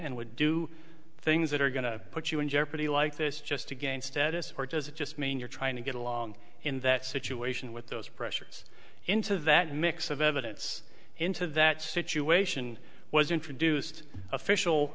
and would do things that are going to put you in jeopardy like this just to gain status or does it just mean you're trying to get along in that situation with those pressures into that mix of evidence into that situation was introduced official